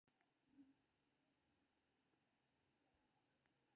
ऋण के भुगतान एक निश्चित अवधि के भीतर करय पड़ै छै